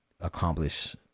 accomplish